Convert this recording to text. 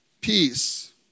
peace